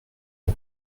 une